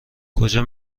کجا